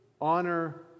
honor